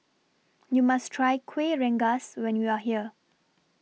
YOU must Try Kueh Rengas when YOU Are here